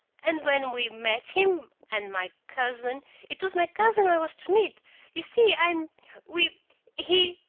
and when we met him and my cousin it was my cousin i was to meet you see i'm we he